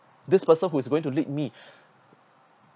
this person who is going to lead me